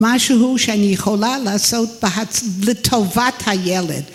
‫משהו שאני יכולה לעשות ‫לטובת הילד.